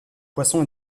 poissons